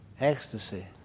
Ecstasy